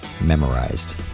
memorized